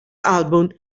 album